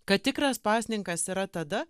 kad tikras pasninkas yra tada